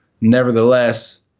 Nevertheless